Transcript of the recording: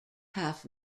half